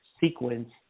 sequence